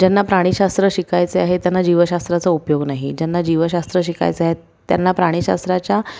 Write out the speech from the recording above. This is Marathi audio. ज्यांना प्राणीशास्त्र शिकायचे आहे त्यांना जीवशास्त्राचा उपयोग नाही ज्यांना जीवशास्त्र शिकायचं आहेत त्यांना प्राणीशास्त्राच्या